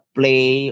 play